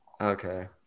Okay